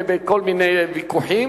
בכל מיני ויכוחים,